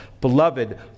beloved